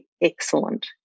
excellent